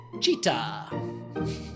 Cheetah